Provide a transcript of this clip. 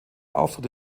auftritt